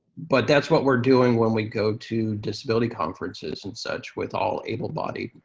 but that's what we're doing when we go to disability conferences and such with all able-bodied,